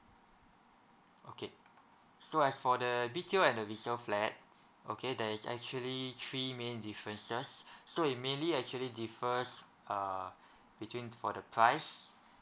okay so as for the B_T_O and the resale flat okay there is actually three main differences so it mainly actually differs uh between for the price